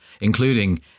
including